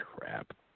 crap